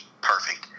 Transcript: perfect